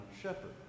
shepherd